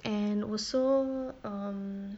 and also um